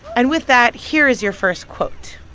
and with that, here is your first quote